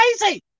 Crazy